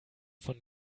von